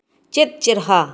ᱪᱮᱫ ᱪᱮᱦᱨᱟ